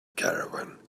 caravan